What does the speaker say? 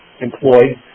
employed